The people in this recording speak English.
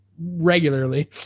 regularly